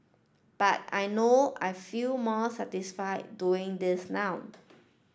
but I know I feel more satisfy doing this now